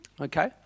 Okay